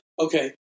Okay